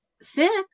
Six